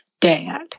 dad